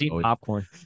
popcorn